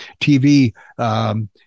TV